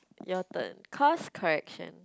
your turn course correction